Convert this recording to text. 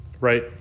Right